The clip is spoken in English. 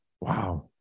Wow